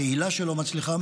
הקהילה שלו מצליחה,